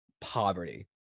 poverty